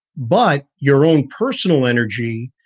but your own personal energy,